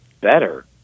Better